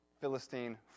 Philistine